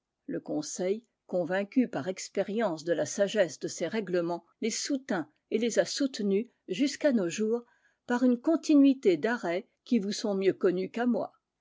le conseil convaincu par expérience de la sagesse de ses règlements les soutint et les a soutenus jusqu'à nos jours par une continuité d'arrêts qui vous sont mieux connus qu'à moi